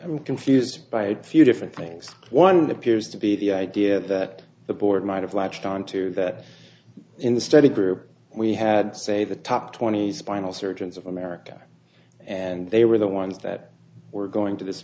'm confused by a few different things one appears to be the idea that the board might have latched on to that in the study group we had say the top twenty spinal surgeons of america and they were the ones that were going to this